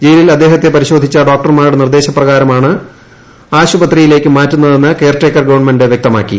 ജയിലിൽ അദ്ദേഹത്തെ പരിശോധിച്ച ഡോക്ടർമാരുടെ നിർദ്ദേശ പ്രകാരമാണ് ആശുപത്രിയിലേയ്ക്ക് മാറ്റുന്നതെന്ന് കെയർ ടേക്കർ ഗവൺമെന്റ് വൃക്തമാക്കി